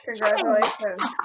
congratulations